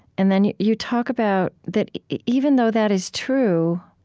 and then you you talk about that even though that is true,